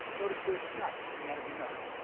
notice there's snot hanging out of your nose.